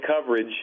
coverage